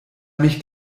mich